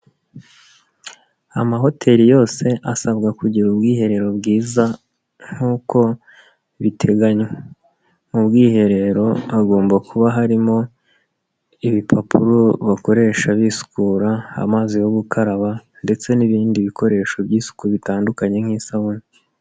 Amahoteli yose asabwa kugira ubwiherero bwiza nk'uko biteganywa, mu bwiherero hagomba kuba harimo ibipapuro bakoresha bisukura, amazi yo gukaraba ndetse n'ibindi bikoresho by'isuku bitandukanye nk'isabune.